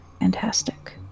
fantastic